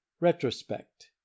retrospect